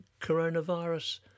coronavirus